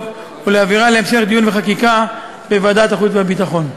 ולהעבירה להמשך דיון וחקיקה בוועדת החוץ והביטחון.